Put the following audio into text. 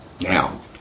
Now